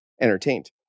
entertained